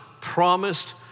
promised